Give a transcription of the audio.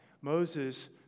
Moses